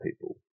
people